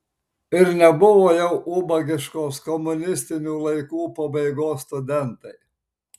ir nebuvo jau ubagiškos komunistinių laikų pabaigos studentai